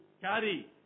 carry